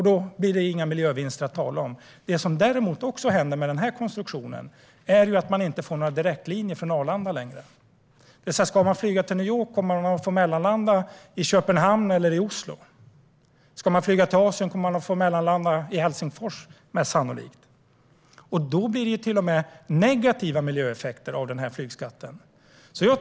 Då blir det inga miljövinster att tala om. Det som däremot också händer med denna konstruktion är att man inte längre får några direktlinjer från Arlanda. Om man ska flyga till New York kommer man alltså att få mellanlanda i Köpenhamn eller Oslo. Om man ska flyga till Asien kommer man sannolikt att få mellanlanda i Helsingfors. Då blir det till och med negativa miljöeffekter av flygskatten.